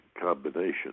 combination